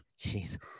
Jeez